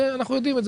אנחנו יודעים את זה,